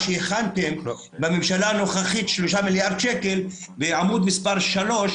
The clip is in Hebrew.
אנחנו הכתובת המרכזית שלכם בכנסת.